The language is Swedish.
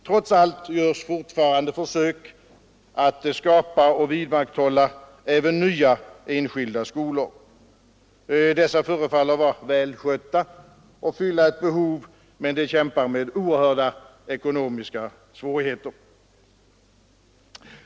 Trots allt görs fortfarande försök att skapa och vidmakthålla även nya enskilda skolor. Dessa förefaller att vara väl skötta och fylla ett behov, men de kämpar med oerhörda ekonomiska svårigheter.